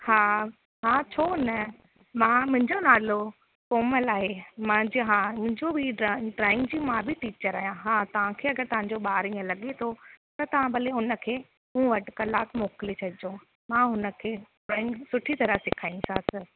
हा हा छो न मां मुंहिंजो नालो कोमल आहे मां जी हा मुंहिंजो बि ड्राइंग ड्राइंग जी मां बि टीचर आहियां हा तव्हांखे अगरि तव्हांजो ॿार इय लॻे थो त तव्हां भले हुनखे मूं वटि कलाकु मोकिले छॾिजो मां हुनखे ड्रॉइंग सुठी तरह सेखारींदीसांसि